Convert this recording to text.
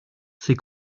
c’est